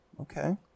Okay